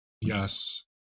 yes